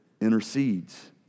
intercedes